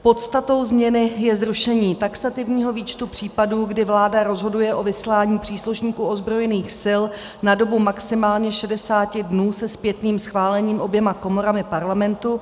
Podstatou změny je zrušení taxativního výčtu případů, kdy vláda rozhoduje o vyslání příslušníků ozbrojených sil na dobu maximálně 60 dnů se zpětným schválením oběma komorami Parlamentu.